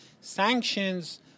sanctions